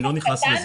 אני לא נכנס לזה.